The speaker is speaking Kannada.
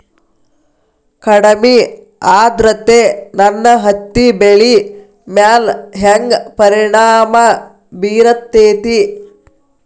ಕಡಮಿ ಆದ್ರತೆ ನನ್ನ ಹತ್ತಿ ಬೆಳಿ ಮ್ಯಾಲ್ ಹೆಂಗ್ ಪರಿಣಾಮ ಬಿರತೇತಿ?